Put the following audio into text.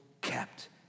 kept